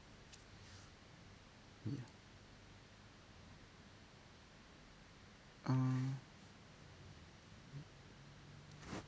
ya err